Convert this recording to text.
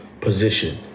position